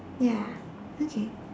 ya okay